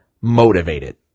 motivated